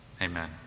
Amen